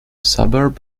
suburb